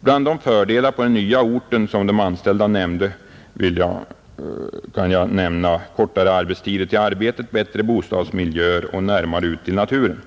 Bland de fördelar på den nya orten som de anställda nämnde är kortare restider till arbetet, bättre bostadsmiljö och närheten till naturen.